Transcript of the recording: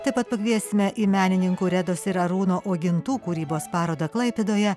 taip pat pakviesime į menininkų redos ir arūno uogintų kūrybos parodą klaipėdoje